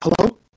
Hello